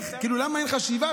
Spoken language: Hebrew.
למה אין חשיבה?